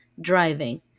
driving